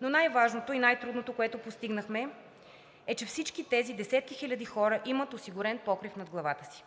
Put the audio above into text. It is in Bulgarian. Но най-важното и най-трудното, което постигнахме, е, че всички тези десетки хиляди хора имат осигурен покрив над главата си.